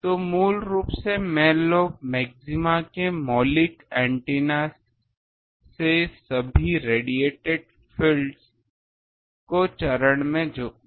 तो मूल रूप से मैन लोब मैक्सिमा में मौलिक एंटीना से सभी रेडिएटेड फ़ील्ड्स को चरण में जोड़ा जाता है